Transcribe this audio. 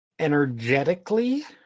energetically